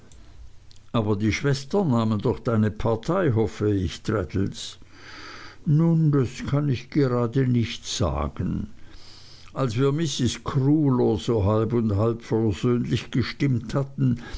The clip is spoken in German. aber die schwestern nahmen doch deine partei hoffe ich traddles nun das kann ich gerade nicht sagen als wir mrs crewler so halb und halb versöhnlich gestimmt hatten